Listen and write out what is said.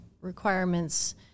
requirements